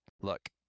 look